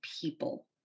people